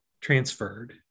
transferred